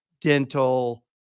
dental